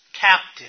captive